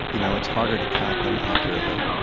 you know, it's harder to count them accurately,